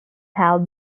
have